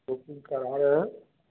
booking कराओ है